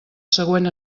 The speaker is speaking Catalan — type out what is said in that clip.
següent